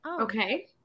Okay